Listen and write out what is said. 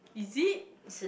is it